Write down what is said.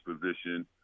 position